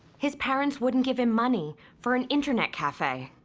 his parents wouldn't give him money for an internet cafe.